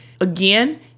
Again